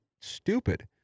stupid